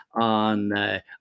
on